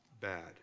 bad